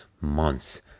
months